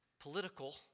political